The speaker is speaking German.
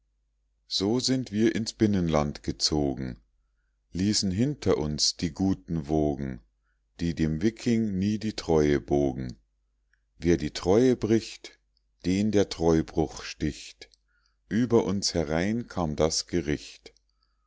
so sind wir ins binnenland gezogen ließen hinter uns die guten wogen die dem wiking nie die treue bogen wer die treue bricht den der treubruch sticht über uns herein kam das gericht